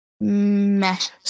mesh